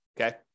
okay